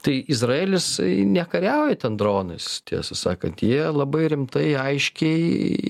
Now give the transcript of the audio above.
tai izraelis nekariauja ten dronais tiesą sakant jie labai rimtai aiškiai